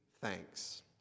thanks